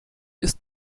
ist